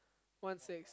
one six